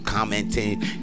Commenting